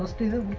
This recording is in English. see the